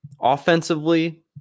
Offensively